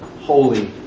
holy